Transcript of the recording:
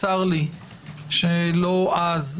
צר לי שלא אז,